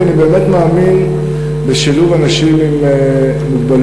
כי אני באמת מאמין בשילוב אנשים עם מוגבלויות